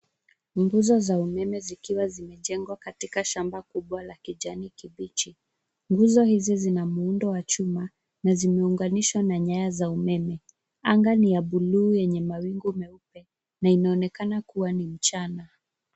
Nguzo za umeme zikiwa zimejengwa katika shamba kubwa la kijani kibichi. Nguzo hizi zina muundo wa chuma na zimeunganishwa na nyaya za umeme. Anga ni ya buluu yenye mawingu meupe na inaonekana kuwa ni mchana.